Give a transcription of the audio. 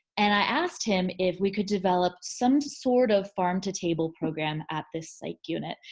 and i asked him if we could develop some sort of farm to table program at this psych unit.